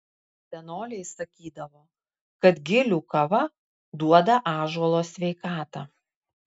senoliai sakydavo kad gilių kava duoda ąžuolo sveikatą